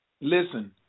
listen